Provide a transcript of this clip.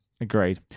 agreed